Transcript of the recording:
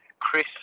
Chris